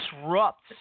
disrupts